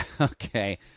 Okay